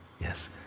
Yes